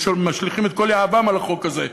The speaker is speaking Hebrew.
משליכים את כל יהבם על החוק הזה.